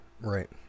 Right